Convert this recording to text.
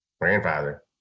grandfather